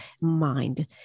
mind